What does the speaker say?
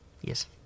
Yes